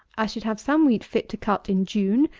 i should have some wheat fit to cut in june,